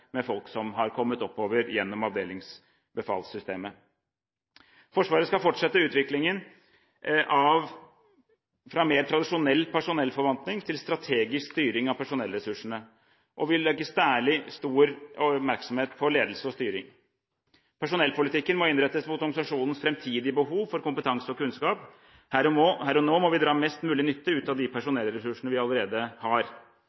med folk som har kommet oppover gjennom avdelingsbefalssystemet. Forsvaret skal fortsette utviklingen fra mer tradisjonell personalforvaltning til strategisk styring av personellressursene, og vil særlig ha stor oppmerksomhet på ledelse og styring. Personellpolitikken må innrettes mot organisasjonens framtidige behov for kompetanse og kunnskap. Her og nå må vi dra best mulig nytte av de personellressursene vi allerede har.